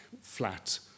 flat